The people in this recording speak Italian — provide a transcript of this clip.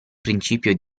principio